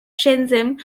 shenzhen